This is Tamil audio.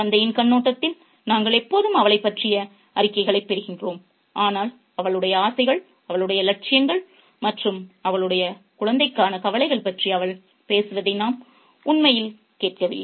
தந்தையின் கண்ணோட்டத்தில் நாங்கள் எப்போதும் அவளைப் பற்றிய அறிக்கைகளைப் பெறுகிறோம் ஆனால் அவளுடைய ஆசைகள் அவளுடைய லட்சியங்கள் மற்றும் அவளுடைய குழந்தைக்கான கவலைகள் பற்றி அவள் பேசுவதை நாம் உண்மையில் கேட்கவில்லை